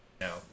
No